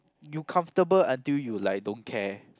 you comfortable until you like don't care